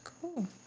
Cool